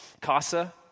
CASA